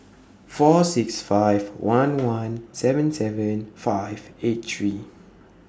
four six five one one seven seven five eight three